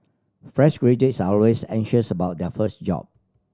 fresh graduates are always anxious about their first job